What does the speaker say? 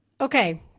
Okay